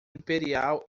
imperial